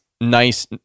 nice